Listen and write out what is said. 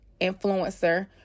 influencer